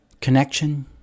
connection